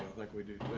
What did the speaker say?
like we do.